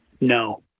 No